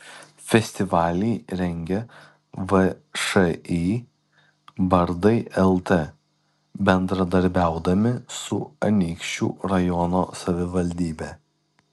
festivalį rengia všį bardai lt bendradarbiaudami su anykščių rajono savivaldybe